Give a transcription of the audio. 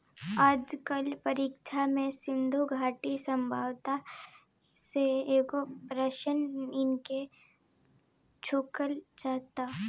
आज कल परीक्षा में सिन्धु घाटी सभ्यता से एको प्रशन नइखे पुछल जात